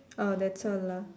orh that's all lah